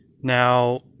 Now